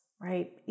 right